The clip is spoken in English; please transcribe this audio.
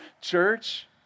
church